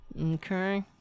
Okay